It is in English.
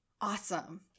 awesome